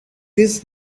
this